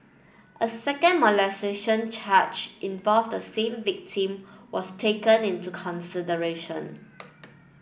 a second molestation charge involved the same victim was taken into consideration